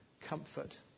comfort